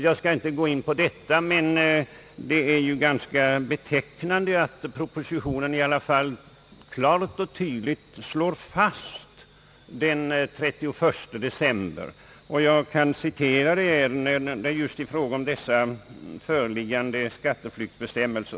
Jag skall emellertid inte gå in på detta, men det är ganska betecknande, att i propositionen klart och tydligt slås fast datum den 31 december, och jag kan citera vad som sägs i fråga om dessa skatteflyktsbestämmelser.